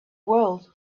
world